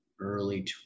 early